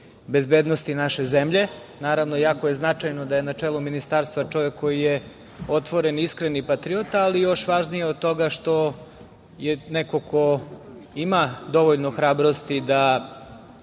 bezbednosti naše zemlje. Naravno, jako je značajno da je na čelu ministarstva čovek koji je otvoren, iskren i patriota, ali još važnije od toga što je neko ko ima dovoljno hrabrosti da